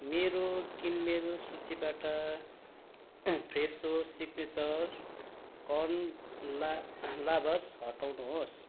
मेरो किनमेल सूचीबाट फ्रेसो सिग्नेचर कर्न ला लाभास हटाउनु होस्